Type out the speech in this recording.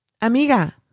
amiga